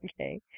Okay